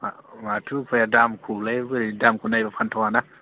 माथो उफाय दामखौलाय बोरै दामखौ नायबा फानथावाना